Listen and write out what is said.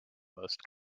most